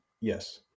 yes